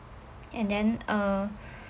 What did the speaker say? and then uh